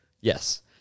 Yes